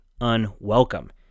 unwelcome